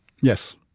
Yes